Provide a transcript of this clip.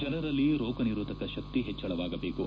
ಜನರಲ್ಲಿ ರೋಗ ನಿರೋಧಕ ಶಕ್ತಿ ಹೆಚ್ಚಳವಾಗಬೇಕು